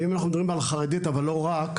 אם אנחנו מדברים עם חרדית אבל לא רק,